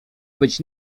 być